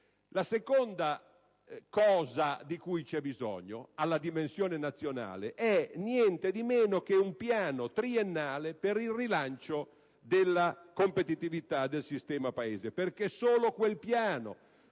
La seconda cosa di cui la dimensione nazionale ha bisogno è niente di meno che un piano triennale per il rilancio della competitività del sistema Paese, perché solo un piano